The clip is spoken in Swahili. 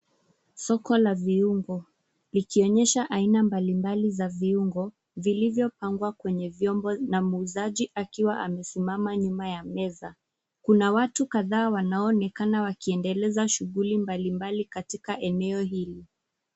Soko la viungo likionyesha aina mbali mbali za viungo vilivyo pangwa kwenye vyombo na muuzaji akiwa amesimama nyuma ya meza kuna watu kadhaa wanao onekana wakiendeleza shughuli mbali mbali katika eneo hili.